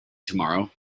tomorrow